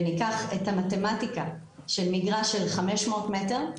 וניקח את המתמטיקה של מגרש של 500 מטר,